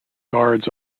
guards